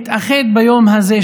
נתאחד ביום הזה,